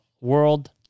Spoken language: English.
World